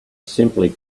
simply